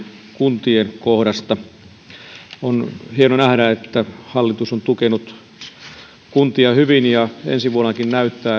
kuntien kohdasta on hieno nähdä että hallitus on tukenut kuntia hyvin ja näyttää siltä että ensi vuonnakin